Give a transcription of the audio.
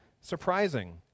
surprising